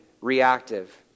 reactive